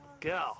Go